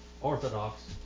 Orthodox